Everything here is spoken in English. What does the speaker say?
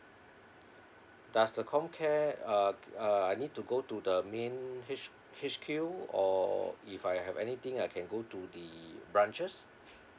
does the comcare uh uh I need to go to the main H~ H_Q or if I have anything I can go to the branches